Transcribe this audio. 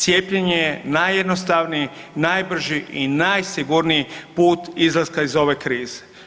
Cijepljenje je najjednostavniji, najbrži i najsigurniji put izlaska iz ove krize.